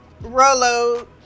Rolo